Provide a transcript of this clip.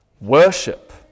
Worship